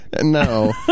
no